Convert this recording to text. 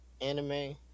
anime